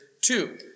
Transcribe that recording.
Two